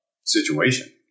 situation